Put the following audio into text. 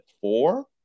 four